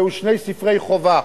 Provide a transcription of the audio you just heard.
היו שני ספרי חובה: